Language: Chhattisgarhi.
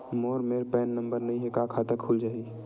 मोर मेर पैन नंबर नई हे का खाता खुल जाही?